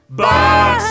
box